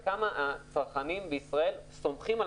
כלומר כמה הצרכנים בישראל סומכים על